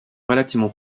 relativement